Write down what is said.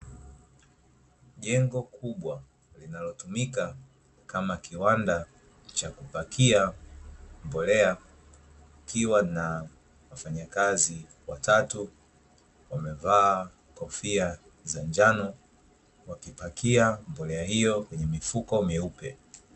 Jengo kubwa linalotumika kama kiwanda cha kupakia mbolea kukiwa na wafanyakazi watatu wamevaa kofia za njano, wakipakia mbolea hiyo kwenye mifuko mieupe.